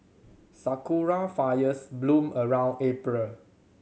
sakura fires bloom around April